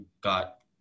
got